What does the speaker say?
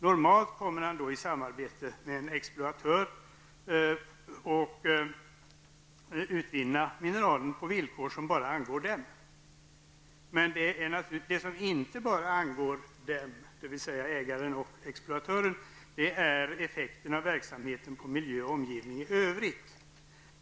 Normalt kommer han då att samarbeta med en exploatör på villkor som bara angår dem. Något som däremot inte bara angår dem, dvs. ägaren och exploatören, är effekten av verksamheten på miljö och omgivning i övrigt.